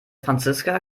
franziska